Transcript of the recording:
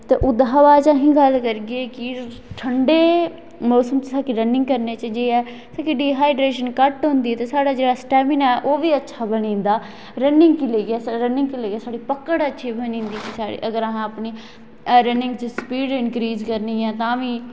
ते ओह्दे छा बाद अस गल्ल करचै ते ठंड़े मौसम च रनिंग करगे ते असैं गी डीहाईड्रेशन घट होंदी ऐ साड़ा जेह्ड़ा स्टैमिना ऐ ओह् बी अच्छी बनी जंदा रनिंग लेईऐ साड़ी पकड़ अच्छी बनी जंदी अगर असैं अपनी रनिंग दी स्पीड़ इंक्रीस करचै